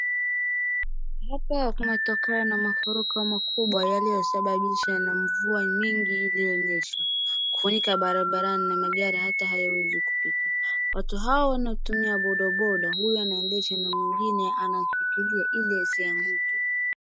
Hapa kunatokana na mafuriko makubwa yaliyosababisha na mvua mingi ilionyesha kufurika barabarani na magari hata hayawezi kupita. Watu hao wantumia bodaboda, huyu anaendesha na mwingine anashikilia ili isianguke.